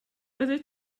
byddet